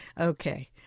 Okay